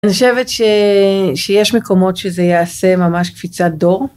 אני חושבת שיש מקומות שזה יעשה ממש קפיצת דור.